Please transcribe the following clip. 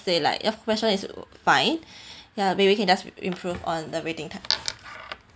say like your food is fine ya maybe can just improve on the waiting time